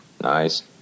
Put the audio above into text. Nice